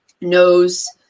knows